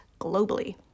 globally